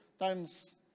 times